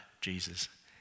Jesus